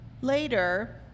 Later